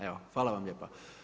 Evo, hvala vam lijepa.